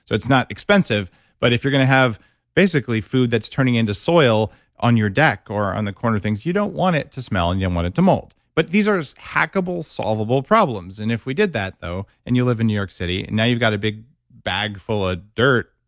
so it's not expensive but if you're going to have basically food that's turning into soil on your deck or on the corner of things you don't want it to smell, and you don't want it to mold, but these are hackable, solvable problems and if we did that though, and you live in new york city, and now you've got a big bag full of ah dirt,